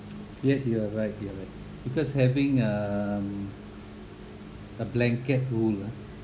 yes you are right you are right because having um a blanket rule ah